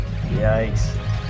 Yikes